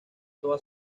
toda